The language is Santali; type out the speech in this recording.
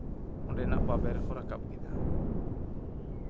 ᱚᱸᱰᱮᱱᱟᱜ ᱵᱟᱵᱮᱨ ᱠᱚ ᱨᱟᱠᱟᱵ ᱠᱮᱫᱟ